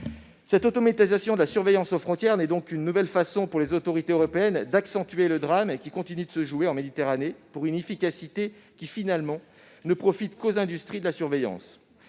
Cette automatisation de la surveillance aux frontières n'est donc qu'une nouvelle façon pour les autorités européennes d'accentuer le drame qui continue de se jouer en Méditerranée, pour une efficacité qui, finalement, ne profite qu'aux industries de la surveillance.